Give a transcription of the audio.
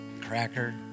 cracker